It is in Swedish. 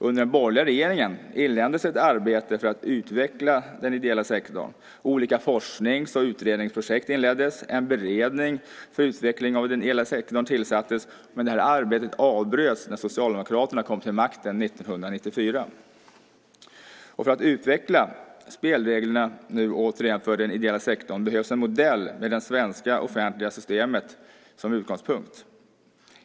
Under den borgerliga regeringen inleddes ett arbete för att utveckla den ideella sektorn. Olika forsknings och utredningsprojekt inleddes. En beredning för utveckling av den ideella sektorn tillsattes. Men arbetet avbröts när Socialdemokraterna kom till makten 1994. För att utveckla spelreglerna återigen för den ideella sektorn behövs en modell med det svenska offentliga systemet som utgångspunkt.